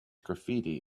graffiti